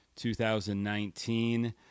2019